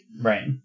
Right